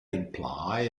imply